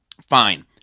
Fine